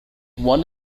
one